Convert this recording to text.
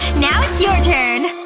and now it's your turn!